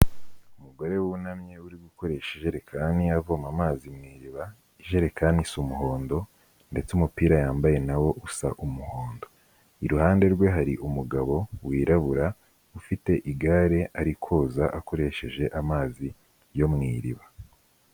Umugore wunamye uri gukoresha ijererekai avoma amazi mu iriba, ijerekani isa umuhondo ndetse umupira yambaye na wo usa umuhondo, iruhande rwe hari umugabo wirabura, ufite igare ari koza akoresheje amazi yo mu iriba.